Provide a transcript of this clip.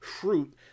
fruit